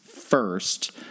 first